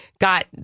got